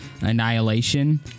annihilation